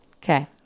Okay